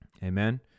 Amen